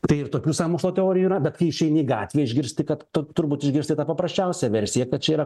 tai ir tokių sąmokslo teorijų yra bet kai išeini į gatvę išgirsti kad tu turbūt išgirsti tą paprasčiausią versiją kad čia yra